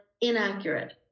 inaccurate